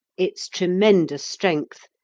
its tremendous strength,